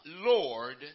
Lord